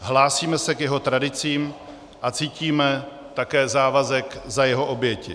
Hlásíme se k jeho tradicím a cítíme také závazek za jeho oběti.